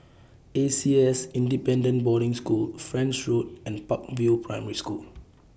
A C S Independent Boarding School French Road and Park View Primary School